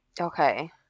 okay